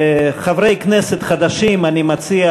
לחברי הכנסת החדשים אני מציע